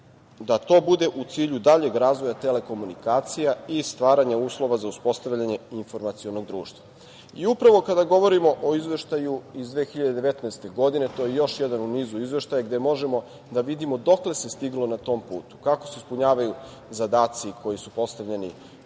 da to bude u cilju daljeg razvoja telekomunikacija i stvaranja uslova za uspostavljanje informacionog društva. Upravo kada govorimo o Izveštaju iz 2019. godine, to je još jedan u nizu izveštaja gde možemo da vidimo dokle se stiglo na tom putu, kako se ispunjavaju zadaci koji su postavljeni